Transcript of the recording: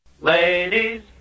Ladies